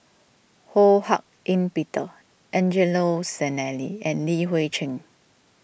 Ho Hak Ean Peter Angelo Sanelli and Li Hui Cheng